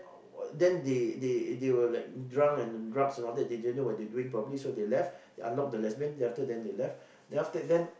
uh then they they they were like drunk and drugs and all that they didn't know what they were doing probably so they left they unlock the lesbian then after that then they left then after that then